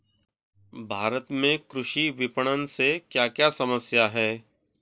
भारत में कृषि विपणन से क्या क्या समस्या हैं?